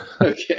Okay